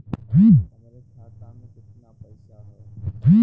हमरे खाता में कितना पईसा हौ?